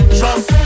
trust